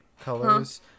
colors